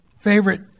favorite